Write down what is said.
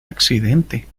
accidente